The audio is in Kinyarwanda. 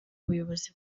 ubuyobozi